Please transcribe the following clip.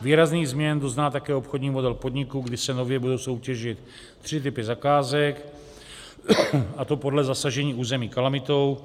Výrazných změn dozná také obchodní model podniku, kdy se nově budou soutěžit tři typy zakázek, a to podle zasažení území kalamitou.